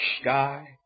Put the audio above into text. sky